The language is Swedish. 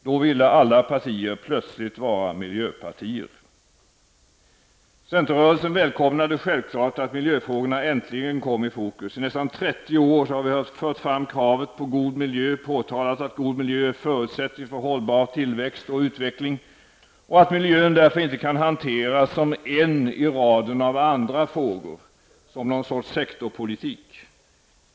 Då ville alla partier plötsligt vara miljöpartier. Centerrörelsen välkomnade självklart att miljöfrågorna äntligen kom i fokus. I nästan trettio år hade vi fört fram kravet på god miljö, påtalat att god miljö är förutsättningen för hållbar tillväxt och utveckling, och att miljön därför inte kan hanteras som en i raden av frågor som någon sorts sektorspolitik.